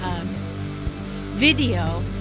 video